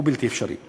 זה בלתי אפשרי.